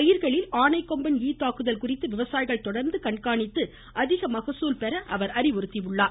பயிர்களில் ஆனைக்கொம்பன் ஈ தாக்குதல் குறித்து விவசாயிகள் தொடர்ந்து கண்காணித்து அதிக மகசூல் பெற அவர் அறிவுறுத்தினார்